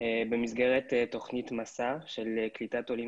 במסגרת תוכנית מסע של קליטת עולים